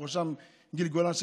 ובראשם גיל גולן,